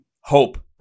hope